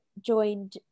joined